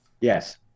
Yes